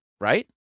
right